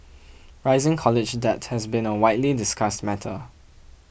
rising college debt has been a widely discussed matter